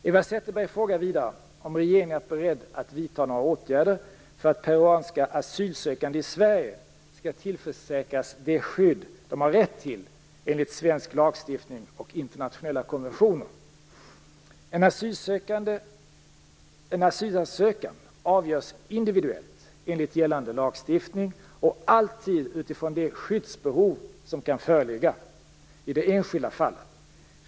Eva Zetterberg frågar vidare om regeringen är beredd att vidta några åtgärder för att peruanska asylsökande i Sverige skall tillförsäkras det skydd de har rätt till enligt svensk lagstiftning och internationella konventioner. En asylansökan avgörs individuellt enligt gällande lagstiftning och alltid utifrån det skyddsbehov som kan föreligga i det enskilda fallet.